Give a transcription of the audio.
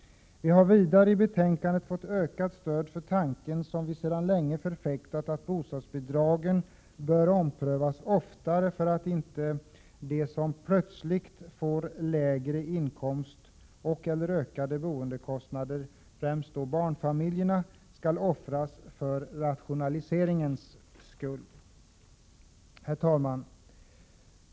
Vidare har vi i utskottet fått ökat stöd för en tanke som vi länge har förfäktat, att bostadsbidragen bör omprövas oftare, för att inte de som plötsligt får lägre inkomster och/eller ökade boendekostnader, främst barnfamiljerna, skall offras för rationaliseringens skull. Herr talman!